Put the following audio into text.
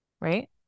Right